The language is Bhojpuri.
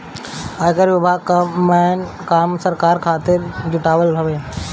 आयकर विभाग कअ मेन काम सरकार खातिर कर जुटावल हवे